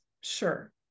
sure